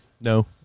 No